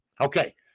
Okay